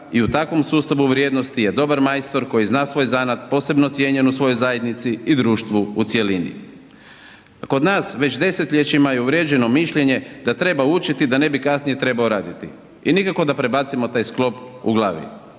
i u takvom sustavu vrijednosti je dobar majstor koji zna svoj zanat, posebno cijenjen u svojoj zajednici i društvu u cjelini. Kod nas već desetljećima je uvriježeno mišljenje da treba učiti da ne bi kasnije trebao raditi i nikako da prebacimo taj sklop u glavi,